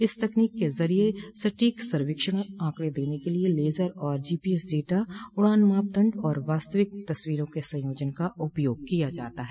इस तकनीक के जरिए सटीक सर्वेक्षण आंकड़े देने के लिए लेजर और जीपीएस डेटा उड़ान मापदंड और वास्तविक तस्वीरों के संयोजन का उपयोग किया जाता है